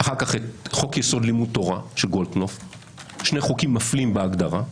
אחר כך את חוק יסוד: לימוד תורה של גולדקנופף שני חוקים מפלים בהגדרה,